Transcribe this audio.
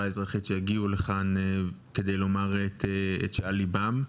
האזרחית שהגיעו לכאן כדי לומר את שעל ליבם.